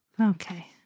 okay